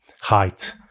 height